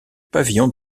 pavillon